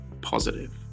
positive